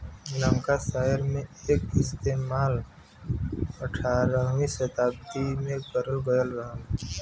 Lancashire में एकर इस्तेमाल अठारहवीं सताब्दी में करल गयल रहल